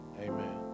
amen